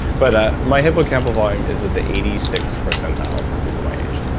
but ah my hippocampal volume is at the eighty sixth percentile for people my age.